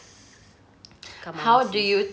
come on sis